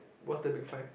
what's the big five